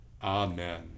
Amen